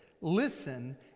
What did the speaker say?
listen